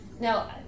Now